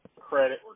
credit